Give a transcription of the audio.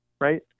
Right